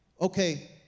okay